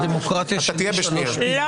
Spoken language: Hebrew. זאת בדיוק הריסת הדמוקרטיה, סתימת פיות.